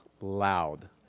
loud